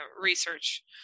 research